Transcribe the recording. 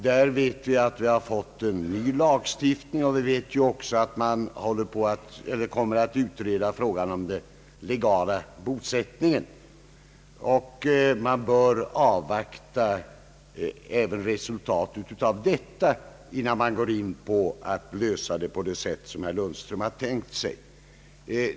Vi vet att vi i det fallet har fått en ny lagstiftning, och vi vet även att frågan om den legala bosättningen kommer att utredas. Vi bör avvakta resultatet av denna utredning, innan vi går in för att lösa problemet på det sätt som herr Lundström har tänkt sig.